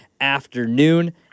afternoon